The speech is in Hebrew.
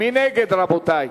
מי נגד, רבותי?